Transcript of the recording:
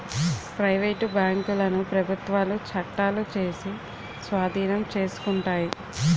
private బ్యాంకులను ప్రభుత్వాలు చట్టాలు చేసి స్వాధీనం చేసుకుంటాయి